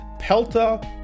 Pelta